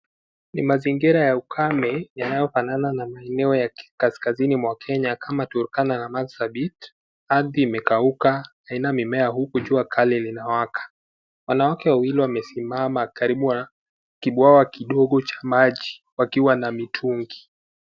Ni mazingira ya ukame yanayofanana na maeneo ya kaskazini mwa Kenya kama Turkana na Marsabit. Ardhi imekauka haina mimea huku jua linawaka. Wanawake wawili wamesimama karibu na kibwawa kidogo cha maji wakiwa na mitungi.